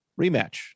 rematch